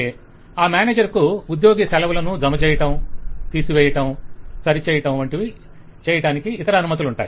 client ఆ manager కు ఉద్యోగి సెలవులను జమ చేయడం తీసి వేయడం సరి చేయడం వంటివి చేయడానికి ఇతర అనుమతులుంటాయి